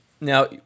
Now